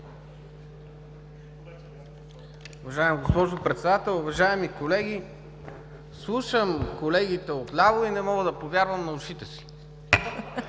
Уважаема госпожо Председател, уважаеми колеги! Слушам колегите от ляво и не мога да повярвам на ушите си.